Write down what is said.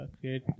create